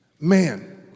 man